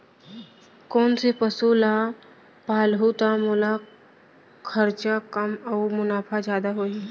कोन से पसु ला पालहूँ त मोला खरचा कम अऊ मुनाफा जादा होही?